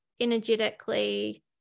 energetically